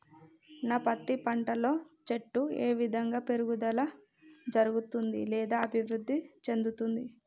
నా పత్తి పంట లో చెట్టు ఏ విధంగా పెరుగుదల జరుగుతుంది లేదా అభివృద్ధి చెందుతుంది?